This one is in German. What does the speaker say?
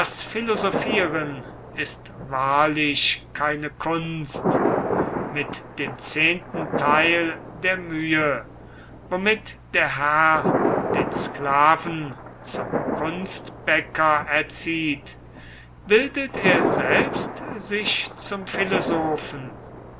philosophieren ist wahrlich keine kunst mit dem zehnten teil der mühe womit der herr den sklaven zum kunstbäcker erzieht bildet er selbst sich zum philosophen